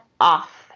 off